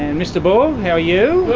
and mr ball, how are you?